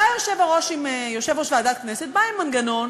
בא יושב-ראש ועדת הכנסת עם מנגנון